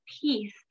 peace